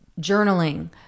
journaling